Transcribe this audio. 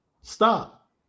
Stop